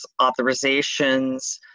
authorizations